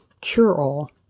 cure-all